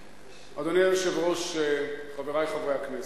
אדוני היושב-ראש, חברי חברי הכנסת,